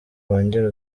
wongere